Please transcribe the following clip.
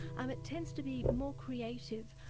um it tends to be more creative.